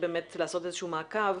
ומקיפה,